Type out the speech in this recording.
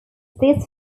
this